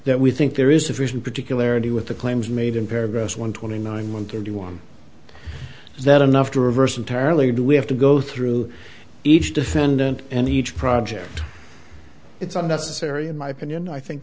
that we think there is sufficient particularly with the claims made in paragraphs one twenty nine one can do one is that enough to reverse entirely or do we have to go through each defendant and each project it's unnecessary in my opinion i think